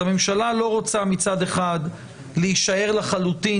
הממשלה לא רוצה מצד אחד להישאר לחלוטין